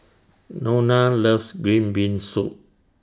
Nona loves Green Bean Soup